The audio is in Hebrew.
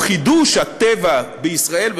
או לחידוש הטבע בישראל.